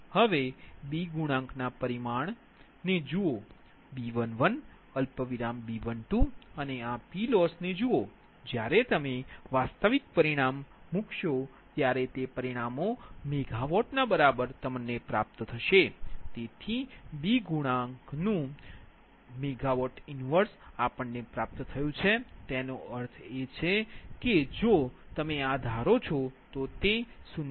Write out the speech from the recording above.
હવે B ગુણાંક ના પરિમાણ ને જુઓ B11B12 અને આ PLoss ને જુઓ જ્યારે તમે વાસ્તવિક પરિમાણમાં મૂકશો ત્યારે તે પરિમાણ મેગાવોટ બરાબર છે તેથી B ગુણાંકનુંMW 1છે તેનો અર્થ એ કે જો ધારો કે તે 0